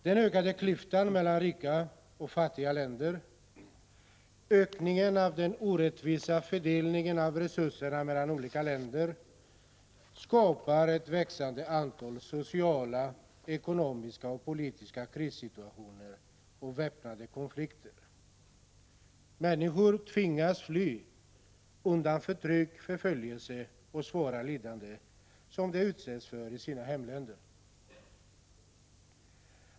Den ökande klyftan mellan rika och fattiga länder, ökningen av den orättvisa fördelningen av resurserna mellan olika länder, skapar ett växande antal sociala, ekonomiska och politiska krissituationer och väpnade konflikter. Människor tvingas fly undan förtryck, förföljelse och svåra lidanden som de utsätts för i sina hemländer.